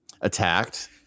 attacked